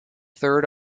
third